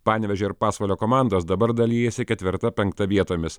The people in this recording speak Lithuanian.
panevėžio ir pasvalio komandos dabar dalijasi ketvirta penkta vietomis